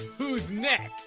who's next?